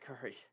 Curry